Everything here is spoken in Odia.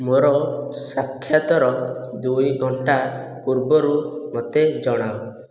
ମୋ'ର ସାକ୍ଷାତର ଦୁଇ ଘଣ୍ଟା ପୂର୍ବରୁ ମୋତେ ଜଣାଅ